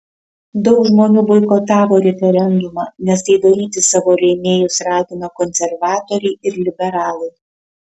daug žmonių boikotavo referendumą nes tai daryti savo rėmėjus ragino konservatoriai ir liberalai